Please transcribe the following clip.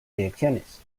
direcciones